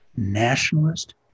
nationalist